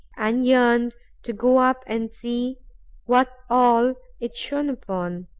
and yearned to go up and see what all it shone upon.